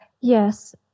Yes